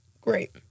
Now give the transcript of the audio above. Great